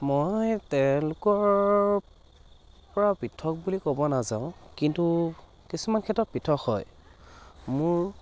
মই তেওঁলোকৰ পৰা পৃথক বুলি ক'ব নাযাওঁ কিন্তু কিছুমান ক্ষেত্ৰত পৃথক হয় মোৰ